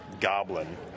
Goblin